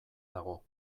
dago